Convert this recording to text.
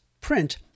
print